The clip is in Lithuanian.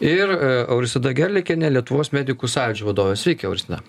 ir auristida gerliakienė lietuvos medikų sąjūdžio vadovė sveiki auristida